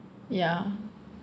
yeah